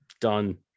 done